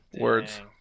words